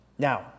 Now